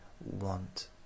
want